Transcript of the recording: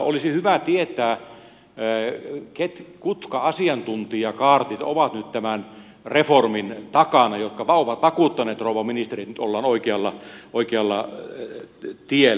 olisi hyvä tietää mitkä asiantuntijakaartit ovat nyt tämän reformin takana jotka ovat vakuuttaneet rouva ministerin että nyt ollaan oikealla tiellä